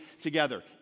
together